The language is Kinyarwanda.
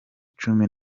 cumi